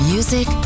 Music